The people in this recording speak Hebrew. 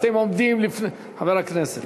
חברי הכנסת,